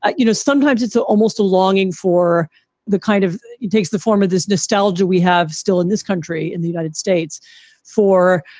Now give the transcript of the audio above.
ah you know, sometimes it's ah almost a longing for the kind of you takes the form of this nostalgia we have still in this country, in the united states for,